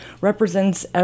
represents